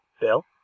Bill